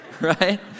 right